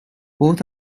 both